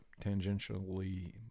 tangentially